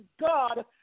god